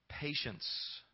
patience